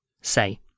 Say